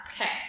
Okay